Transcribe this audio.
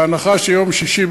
בהנחה שיום שישי,